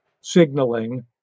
signaling